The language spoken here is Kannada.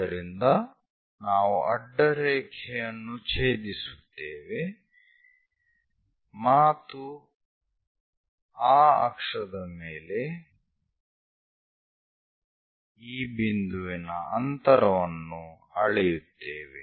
ಆದ್ದರಿಂದ ನಾವು ಅಡ್ಡರೇಖೆಯನ್ನು ಛೇದಿಸುತ್ತೇವೆ ಮಾತು ಆ ಅಕ್ಷದ ಮೇಲೆ ಈ ಬಿಂದುವಿನ ಅಂತರವನ್ನು ಅಳೆಯುತ್ತೇವೆ